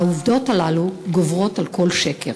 העובדות הללו גוברות על כל שקר.